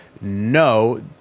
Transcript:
no